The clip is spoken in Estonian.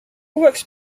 uueks